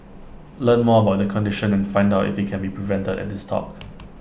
learn more about the condition and find out if IT can be prevented at this talk